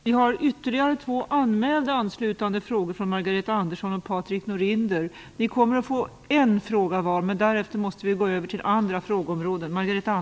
Vi har ytterligare två anmälda anslutande frågor, från Margareta Andersson och Patrik Norinder. Ni kommer att få ställa en fråga var, men vi måste därefter gå över till andra frågeområden.